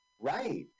Right